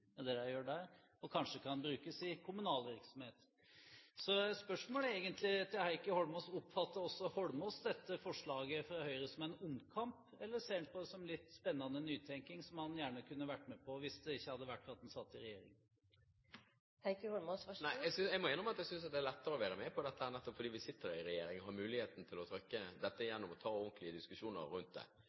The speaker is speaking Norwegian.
det de gjør der, og kan kanskje brukes i kommunal virksomhet. Så spørsmålet til Heikki Holmås er: Oppfatter også Holmås dette forslaget fra Høyre som en omkamp? Eller ser han på det som litt spennende nytenkning, som han gjerne kunne vært med på hvis det ikke hadde vært for at han satt i regjering? Jeg må innrømme at jeg synes det er lettere å være med på dette nettopp fordi vi sitter i regjering og har muligheten til å «trøkke» dette gjennom og ta ordentlige diskusjoner rundt det.